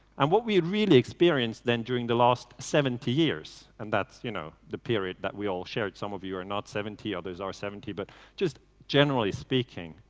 and what we really experience then during the last seventy years, and that's, you know, the period that we all shared, some of you are not seventy, others are seventy, but just generally speaking,